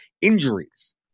injuries